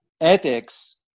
ethics –